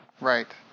Right